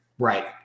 right